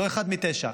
לא אחד מתשעה.